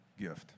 gift